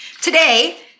Today